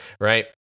right